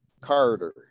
Carter